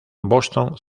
boston